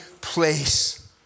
place